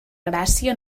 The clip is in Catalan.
gràcia